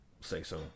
say-so